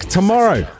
tomorrow